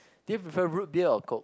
do you prefer root beer or coke